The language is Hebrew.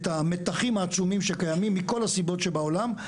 את המתחים העצומים שקיימים מכל הסיבות שבעולם.